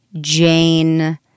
Jane